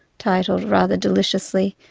titled, rather deliciously,